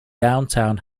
downtown